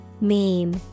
Meme